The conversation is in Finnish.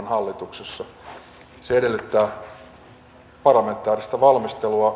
hallituksessa se edellyttää parlamentaarista valmistelua